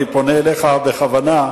אני פונה אליך בכוונה,